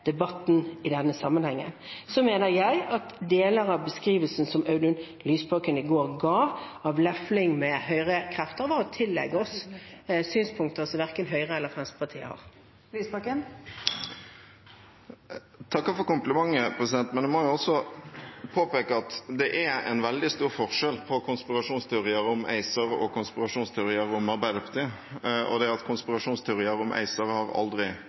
debatten i denne sammenhengen. Så mener jeg at deler av beskrivelsen som Audun Lysbakken i går ga av lefling med høyrekrefter, var å tillegge oss synspunkter som verken Høyre eller Fremskrittspartiet har. Audun Lysbakken – til oppfølgingsspørsmål. Jeg takker for komplimentet, men jeg må også påpeke at det er en veldig stor forskjell på konspirasjonsteorier om ACER og konspirasjonsteorier om Arbeiderpartiet. Konspirasjonsteorier om ACER har aldri